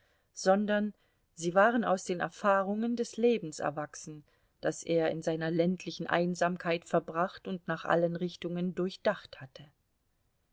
sondern sie waren aus den erfahrungen des lebens erwachsen das er in seiner ländlichen einsamkeit verbracht und nach allen richtungen durchdacht hatte